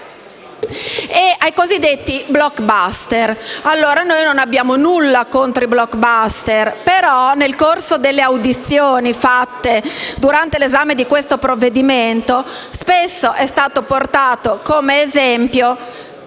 ai cosiddetti blockbuster. Non abbiamo nulla contro i blockbuster, ma nel corso delle audizioni svolte durante l’esame di questo provvedimento spesso è stato portato come esempio